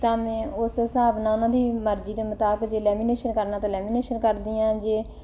ਤਾਂ ਮੈਂ ਉਸ ਹਿਸਾਬ ਨਾਲ ਉਹਨਾਂ ਦੀ ਮਰਜ਼ੀ ਦੇ ਮੁਤਾਬਿਕ ਜੇ ਲੈਮੀਨੇਸ਼ਨ ਕਰਨਾ ਤਾਂ ਲੈਮੀਨੇਸ਼ਨ ਕਰਦੀ ਹਾਂ ਜੇ